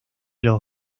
los